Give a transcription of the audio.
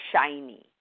shiny